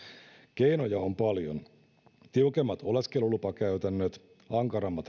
keinoja on paljon tiukemmat oleskelulupakäytännöt ankarammat